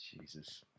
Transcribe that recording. Jesus